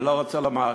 אני לא רוצה לומר כאן.